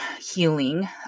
healing